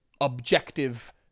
objective